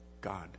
God